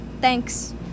thanks